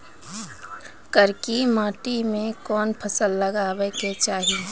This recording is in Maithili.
करकी माटी मे कोन फ़सल लगाबै के चाही?